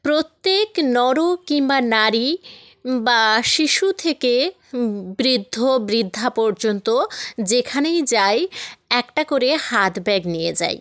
প্রত্যেক নর কিংবা নারী বা শিশু থেকে বৃদ্ধ বৃদ্ধা পর্যন্ত যেখানেই যায় একটা করে হাত ব্যাগ নিয়ে যায়